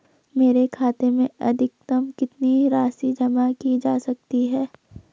मेरे खाते में अधिकतम कितनी राशि जमा की जा सकती है?